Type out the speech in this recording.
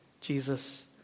Jesus